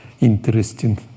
interesting